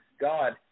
God